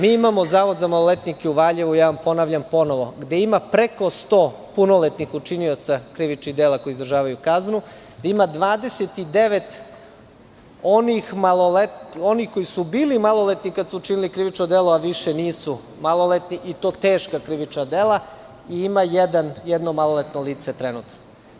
Mi imamo Zavod za maloletnike u Valjevu, ponavljam vam ponovo, gde ima preko 100 punoletnih učinilaca krivičnih dela koji izdržavaju kaznu, gde ima 29 onih koji su bili maloletni kada su učinili krivično delo a više nisu maloletni, i to teška krivična dela, i ima jedno maloletno lice trenutno.